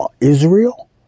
Israel